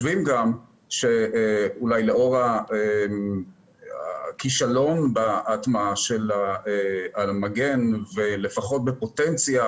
לאור הכישלון בהטמעה של המגן שנובע בפוטנציה